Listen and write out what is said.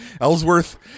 Ellsworth